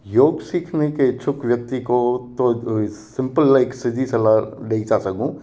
योग सीखने के इच्छुक व्यक्ति को थो सिंपल लाइक सिधी सलाह ॾई था सघूं